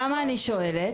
אני שואלת את